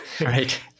Right